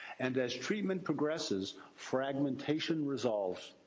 and as treatment progresses, fragmentation resolves.